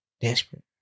Desperate